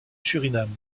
suriname